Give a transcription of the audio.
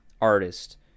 artist